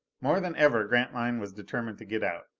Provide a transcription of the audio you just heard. more than ever, grantline was determined to get out.